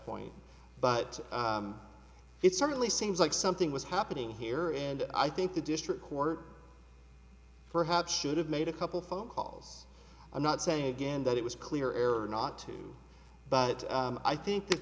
point but it certainly seems like something was happening here and i think the district court perhaps i should have made a couple phone calls i'm not saying again that it was clear or not but i think that